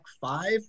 five